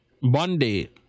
Monday